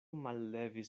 mallevis